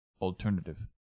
alternative